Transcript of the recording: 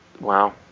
Wow